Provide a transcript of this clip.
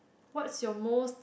what's your most